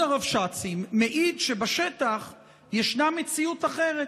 הרבש"צים מעידים שבשטח ישנה מציאות אחרת.